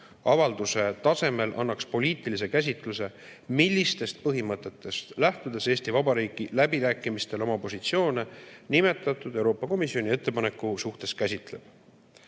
avalduse tasemel annaks poliitilise käsitluse, millistest põhimõtetest lähtudes Eesti Vabariik läbirääkimistel oma positsioone nimetatud Euroopa Komisjoni ettepaneku suhtes käsitleb.